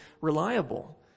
reliable